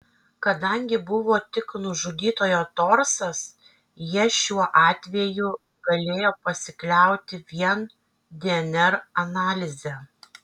kadangi buvo tik nužudytojo torsas jie šiuo atveju galėjo pasikliauti vien dnr analize